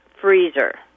freezer